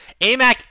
Amac